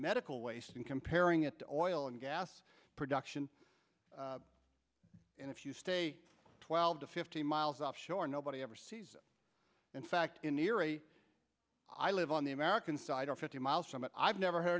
medical waste and comparing it to or oil and gas production and if you stay twelve to fifty miles offshore nobody ever sees it in fact in erie i live on the american side or fifty miles from it i've never heard